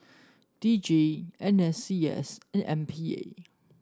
D J N S C S and M P A